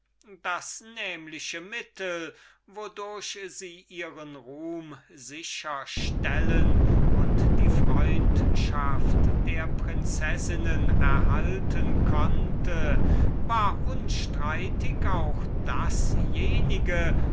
das nämliche mittel wodurch sie ihren ruhm sicher stellen und die freundschaft der prinzessinnen erhalten konnte war unstreitig auch dasjenige